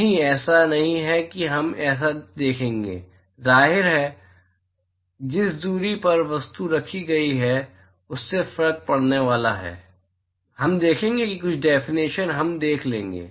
नहीं ऐसा नहीं है कि हम ऐसा देखेंगे जाहिर है जिस दूरी पर वस्तु रखी गई है उससे फर्क पड़ने वाला है हम देखेंगे कि कुछ डेफिनेशन हम देख लेंगे